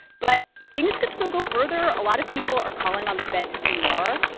but things could still go further a lot of people are calling on the fed to do more.